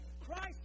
Christ